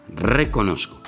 reconozco